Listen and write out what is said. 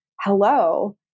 hello